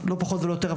לא פחות ולא יותר.